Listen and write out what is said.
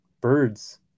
birds